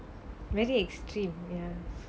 very extreme ya